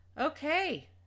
Okay